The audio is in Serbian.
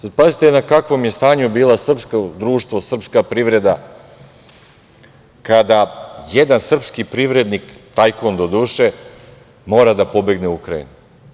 Sada pazite na kakvom je stanju bilo srpsko društvo, srpska privreda, kada jedan srpski privrednik tajkun, doduše, mora da pobegne u Ukrajinu.